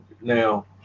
Now